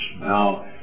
Now